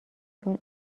چون